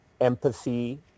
empathy